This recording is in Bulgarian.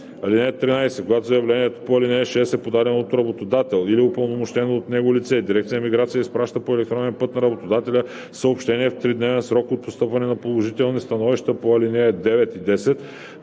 (13) Когато заявлението по ал. 6 е подадено от работодател или упълномощено от него лице, дирекция „Миграция“ изпраща по електронен път на работодателя съобщение в тридневен срок от постъпването на положителни становища по ал. 9 и 10,